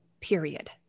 period